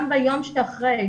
גם ביום שאחרי,